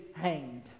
hanged